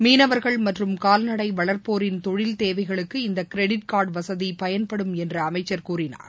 மீனவர்கள் மற்றும் கால்நடை வளர்ப்போரின் தொழில் தேவைகளுக்கு இந்த கிரெடிட் கார்டு வசதி பயன்படும் என்று அமைச்சர் கூறினார்